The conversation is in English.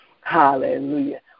Hallelujah